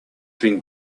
been